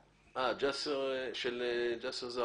א זרקא.